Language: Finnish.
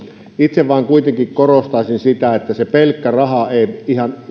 itse kuitenkin vain korostaisin sitä että se pelkkä raha ei ihan